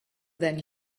than